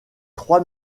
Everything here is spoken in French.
trois